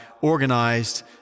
organized